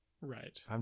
Right